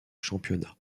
championnat